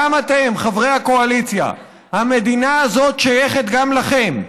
חברי הקואליציה, המדינה הזאת שייכת גם לכם,